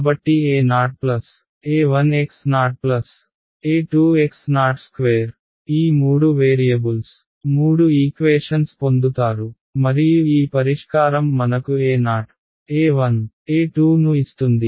కాబట్టి aoa1xoa2xo2 ఈ మూడు వేరియబుల్స్ మూడు ఈక్వేషన్స్ పొందుతారు మరియు ఈ పరిష్కారం మనకు ao a1 a2 ను ఇస్తుంది